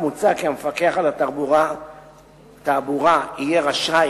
מוצע כי המפקח על התעבורה יהיה רשאי